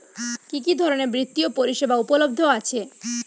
কি কি ধরনের বৃত্তিয় পরিসেবা উপলব্ধ আছে?